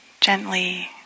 gently